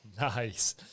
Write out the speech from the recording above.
Nice